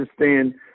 understand